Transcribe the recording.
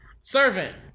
Servant